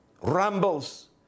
rambles